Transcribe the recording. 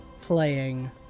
playing